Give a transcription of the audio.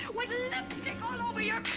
with lipstick all over yeah